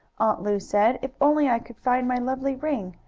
aunt lu said, if only i could find my lovely ring.